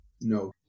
No